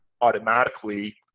automatically